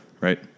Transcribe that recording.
Right